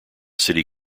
city